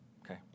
okay